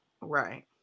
Right